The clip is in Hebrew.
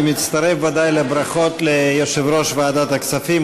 אני מצטרף ודאי לברכות ליושב-ראש ועדת הכספים,